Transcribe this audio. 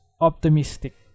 optimistic